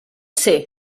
ser